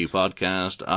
podcast